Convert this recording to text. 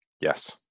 Yes